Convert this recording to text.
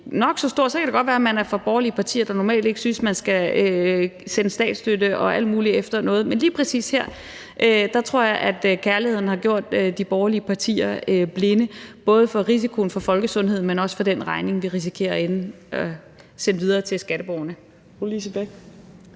nok så stor. Så kan det godt være, at man er fra borgerlige partier, der normalt ikke synes, at man skal sende statsstøtte og alt muligt efter noget, men lige præcis her, tror jeg, at kærligheden har gjort de borgerlige partier blinde, både for risikoen for folkesundheden, men også for den regning, vi risikerer at sende videre til skatteborgerne.